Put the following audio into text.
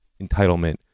entitlement